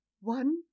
one